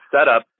setup